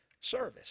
service